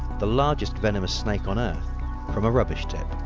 the largest venomous snake on earth from a rubbish tip.